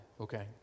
okay